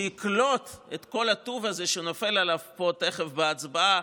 שיקלוט את כל הטוב הזה שנופל עליו פה תכף בהצבעה,